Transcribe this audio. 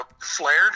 flared